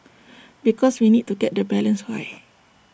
because we need to get the balance right